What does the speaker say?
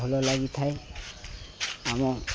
ଭଲ ଲାଗିଥାଏ ଆମ